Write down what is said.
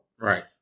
Right